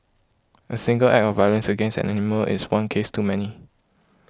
a single act of violence against an animal is one case too many